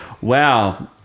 Wow